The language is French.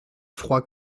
froid